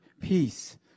peace